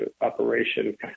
operation